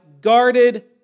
guarded